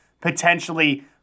potentially